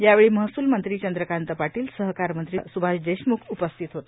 यावेळी महसूल मंत्री चंद्रकांत पाटील सहकार मंत्री सुभाष देशमुख उपस्थित होते